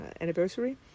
anniversary